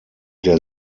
der